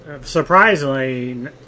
surprisingly